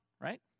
right